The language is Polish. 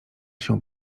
się